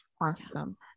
Awesome